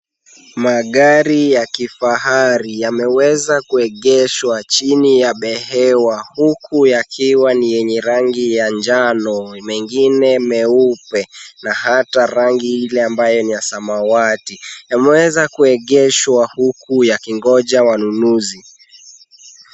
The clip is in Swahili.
Magari ya kifahari yameweza kuegeshwa chini ya behewa huku yakiwa ni yenye rangi ya njano, mengine meupe na hata rangi ile ambayo ni ya samawati. Yameweza kuegeshwa huku yakingoja wanunuzi.